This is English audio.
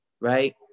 right